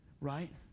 right